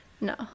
No